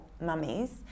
mummies